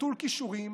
נטול כישורים,